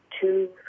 two